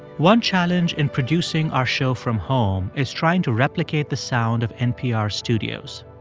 one challenge in producing our show from home is trying to replicate the sound of npr's studios.